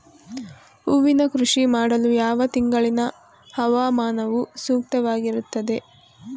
ಹೂವಿನ ಕೃಷಿ ಮಾಡಲು ಯಾವ ತಿಂಗಳಿನ ಹವಾಮಾನವು ಸೂಕ್ತವಾಗಿರುತ್ತದೆ?